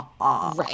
Right